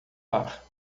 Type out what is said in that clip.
lar